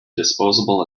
disposable